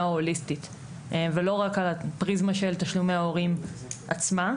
ההוליסטית ולא רק על הפריזמה של תשלומי ההורים עצמה.